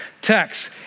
text